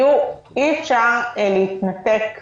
אי-אפשר להתנתק